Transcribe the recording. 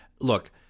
look